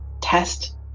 test